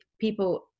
people